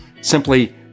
Simply